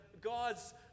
God's